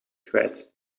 kwijt